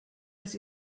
dass